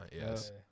yes